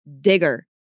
Digger